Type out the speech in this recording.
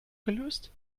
gelöst